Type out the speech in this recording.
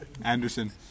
Anderson